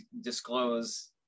disclose